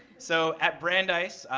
so at brandeis,